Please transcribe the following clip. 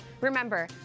Remember